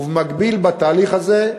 ובמקביל בתהליך הזה,